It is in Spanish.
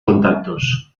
contactos